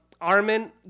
Armin